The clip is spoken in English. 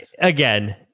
again